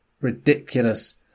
ridiculous